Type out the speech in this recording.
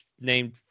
named